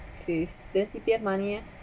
face their C_P_F money eh